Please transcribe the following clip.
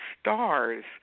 Stars